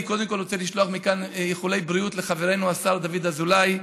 אני קודם כול רוצה לשלוח מכאן איחולי בריאות לחברנו השר דוד אזולאי,